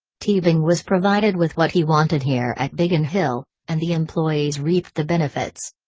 teabing was provided with what he wanted here at biggin hill, and the employees reaped the benefits.